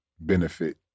benefit